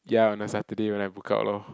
ya on a Saturday when I book out lor